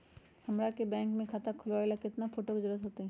हमरा के बैंक में खाता खोलबाबे ला केतना फोटो के जरूरत होतई?